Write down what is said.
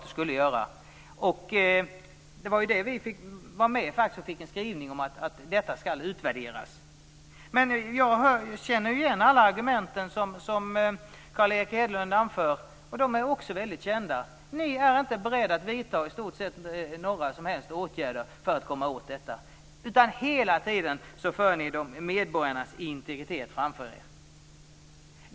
Vi var faktiskt med och fick en skrivning om att detta skall utvärderas. Jag känner igen alla argument som Carl Erik Hedlund anför. De är också väldigt kända. Ni är inte beredda att vidta i stort sett några som helst åtgärder för att komma åt den ekonomiska brottsligheten, utan ni för hela tiden medborgarnas integritet framför er.